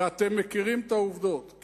ואתם מכירים את העובדות,